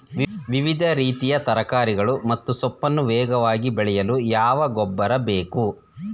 ವಿವಿಧ ರೀತಿಯ ತರಕಾರಿಗಳು ಮತ್ತು ಸೊಪ್ಪನ್ನು ವೇಗವಾಗಿ ಬೆಳೆಯಲು ಯಾವ ಗೊಬ್ಬರ ಬೇಕು?